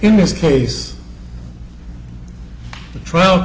in this case the trial